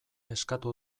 eskatu